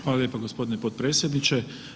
Hvala lijepo gospodine potpredsjedniče.